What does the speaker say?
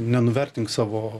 nenuvertink savo